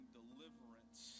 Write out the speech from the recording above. deliverance